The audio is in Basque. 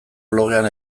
blogean